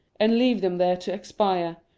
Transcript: and leave them there to expire,